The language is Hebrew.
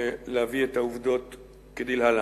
להביא את העובדות כדלהלן: